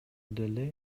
деле